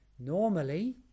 Normally